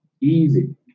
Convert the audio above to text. Easy